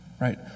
right